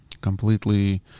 completely